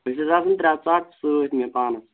أسۍ حظ آسان ترٛےٚ ژاٹ سۭتۍ مےٚ پانَس